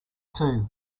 too